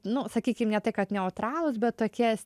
nu sakykim ne tai kad neutralūs bet tokie